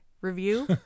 review